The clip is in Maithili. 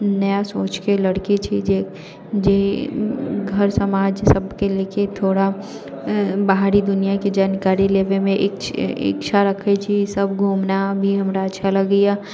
नया सोचके लड़की छी जे जे घर समाज सबके लऽ कऽ थोड़ा बाहरी दुनिआके जानकारी लेबैमे इच्छा रखै छी सब घूमना भी हमरा अच्छा लगैए